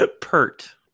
Pert